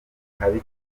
habi